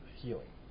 healing